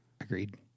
Agreed